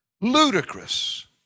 Ludicrous